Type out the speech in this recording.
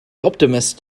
optimist